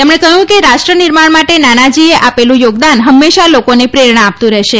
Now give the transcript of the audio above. તેમણે કહ્યું હતું કે રાષ્ટ્રનિર્માણ માટે નાનાજીએ આવેલું યોગદાન હંમેશા લોકોને પ્રેરણા આપતું રહેશે